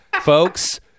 folks